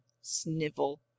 snivel